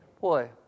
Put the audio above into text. Boy